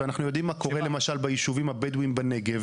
ואנחנו יודעים מה קורה למשל ביישובים הבדווים בנגב,